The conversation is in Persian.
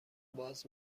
باز